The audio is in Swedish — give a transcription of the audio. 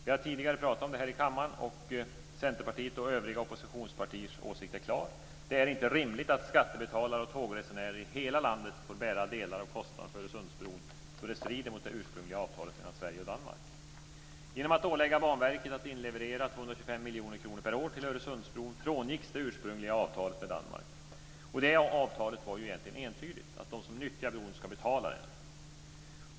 Vi har tidigare talat om detta i kammaren, och Centerpartiet och övriga oppositionspartiers åsikt är klar, nämligen att det inte är rimligt att skattebetalare och tågresenärer i hela landet får bära delar av kostnaderna för Öresundsbron då det strider mot det ursprungliga avtalet mellan Sverige och Danmark. Genom att ålägga Banverket att inleverera 225 miljoner kronor per år till Öresundsbron frångicks det ursprungliga avtalet med Danmark. Detta avtal var egentligen entydigt, att de som nyttjar bron ska betala för det.